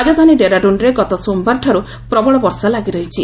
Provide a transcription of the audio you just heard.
ରାଜଧାନୀ ଡେରାଡୁନ୍ରେ ଗତ ସୋମବାରଠାରୁ ପ୍ରବଳ ବର୍ଷା ଲାଗିରହିଛି